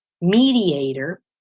mediator